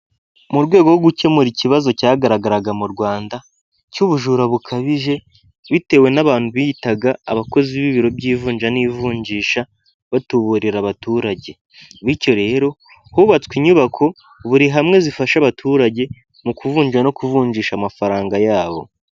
Mu rwego rwo gukemura ikibazo cyagaragaraga mu Rwanda cy'ubujura bukabije bitewe n'abantu biyitaga abakozi b'ibiro by'ivunja n'ivunjisha batuburera abaturage, bityo rero hubatswe inyubako buri hamwe zifasha abaturage mu kuvunja no kuvunjisha amafaranga yabo.